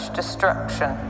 destruction